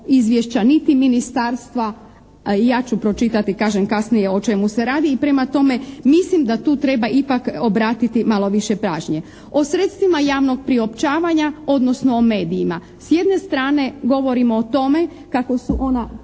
niti ministarstva, ja ću pročitati kažem kasnije o čemu se radi. Prema tome, mislim da tu treba ipak obratiti malo više pažnje. O sredstvima javnog priopćavanja odnosno o medijima. S jedne strane govorimo o tome kako su ona